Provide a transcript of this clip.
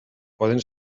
poden